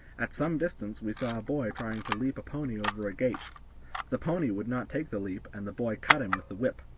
at some distance we saw a boy trying to leap a pony over a gate the pony would not take the leap, and the boy cut him with the whip,